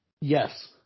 Yes